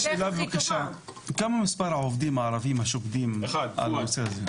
מה מספר העובדים הערבים העוסקים בנושא הזה?